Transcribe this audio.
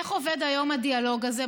איך עובד היום הדיאלוג הזה?